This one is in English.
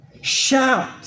shout